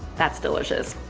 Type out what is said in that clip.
that's delicious.